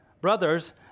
Brothers